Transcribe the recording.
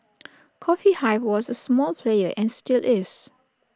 coffee hive was A small player and still is